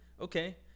Okay